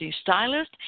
stylist